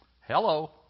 Hello